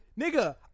Nigga